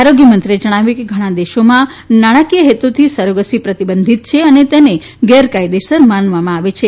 આરોગ્ય મંત્રીએ જણાવ્યું હતું કે ઘણા દેશોમાં નાણાંકીય હેતુથી સરોગસી પ્રતિબંધીત છે અને તેને ગેરકાયદે માનવમાં આવે છે